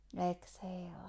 Exhale